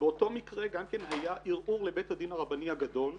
באותו מקרה גם כן היה ערעור לבית הדין הרבני הגדול.